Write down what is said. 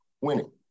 winning